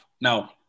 Now